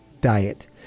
Diet